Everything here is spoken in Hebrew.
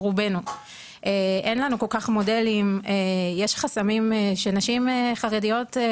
יש חסמים לנשים חרדיות.